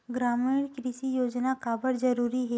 ग्रामीण कृषि योजना काबर जरूरी हे?